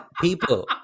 people